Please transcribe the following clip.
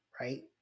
right